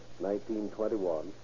1921